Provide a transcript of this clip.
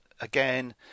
again